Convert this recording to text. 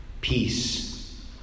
Peace